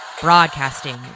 Broadcasting